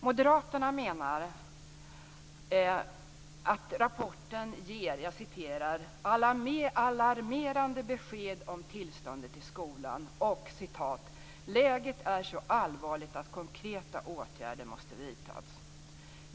Moderaterna menar att rapporten ger "alarmerande besked om tillståndet i skolan" och att "läget är så allvarligt att konkreta åtgärder måste vidtas".